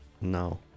No